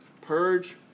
purge